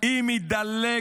אם יידלק